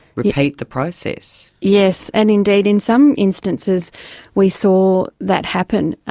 repeat the process. yes, and indeed in some instances we saw that happen.